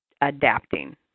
adapting